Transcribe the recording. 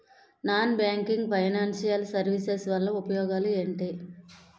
Non banking financial services వల్ల ఉపయోగాలు ఎంటి?